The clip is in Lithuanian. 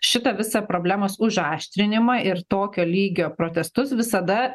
šitą visą problemos užaštrinimą ir tokio lygio protestus visada